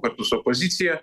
kartu su opozicija